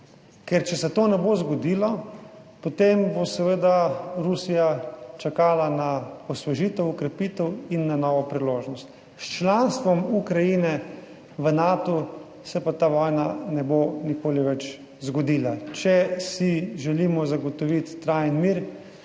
Ker če se to ne bo zgodilo, potem bo seveda Rusija čakala na osvežitev, okrepitev in na novo priložnost. S članstvom Ukrajine v Natu se pa ta vojna ne bo nikoli več zgodila. Če si želimo zagotoviti trajen mir,